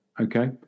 okay